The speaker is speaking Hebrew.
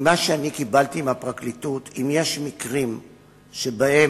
ממה שאני קיבלתי מהפרקליטות, שאם יש מקרים שבהם